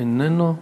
איננו.